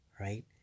right